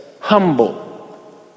humble